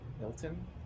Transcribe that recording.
milton